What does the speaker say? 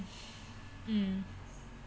mm